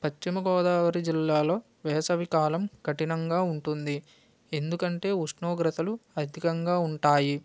పశ్చిమగోదావరి జిల్లాలో వేసవికాలం కఠినంగా ఉంటుంది ఎందుకంటే ఉష్ణోగ్రతలు అధికంగా ఉంటాయి